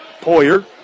Poyer